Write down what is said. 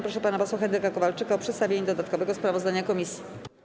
Proszę pana posła Henryka Kowalczyka o przedstawienie dodatkowego sprawozdania komisji.